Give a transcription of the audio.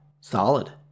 Solid